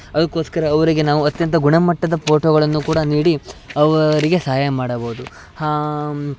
ಅದಕ್ಕೋಸ್ಕರ ಅವರಿಗೆ ನಾವು ಅತ್ಯಂತ ಗುಣಮಟ್ಟದ ಫೋಟೋಗಳನ್ನೂ ಕೂಡ ನೀಡಿ ಅವರಿಗೆ ಸಹಾಯ ಮಾಡಬೋದು ಹಾಂ